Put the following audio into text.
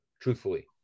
truthfully